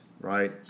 right